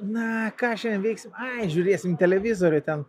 na ką šiandien veiksim ai žiūrėsim televizorių ten